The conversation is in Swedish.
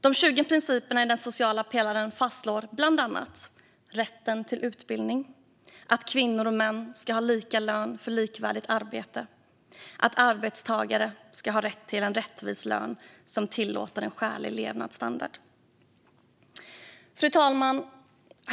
De 20 principerna i den sociala pelaren fastslår bland annat rätten till utbildning, att kvinnor och män ska ha lika lön för likvärdigt arbete och att arbetstagare ska ha rätt till en rättvis lön som tillåter en skälig levnadsstandard. Fru talman!